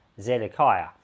Zedekiah